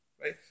right